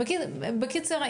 בקיצור,